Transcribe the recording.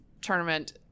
Tournament